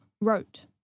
wrote